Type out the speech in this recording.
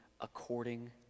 according